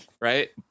Right